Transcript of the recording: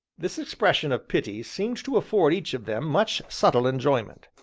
this expression of pity seemed to afford each of them much subtle enjoyment.